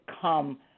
come